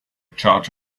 charge